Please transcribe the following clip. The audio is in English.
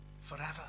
forever